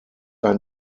ein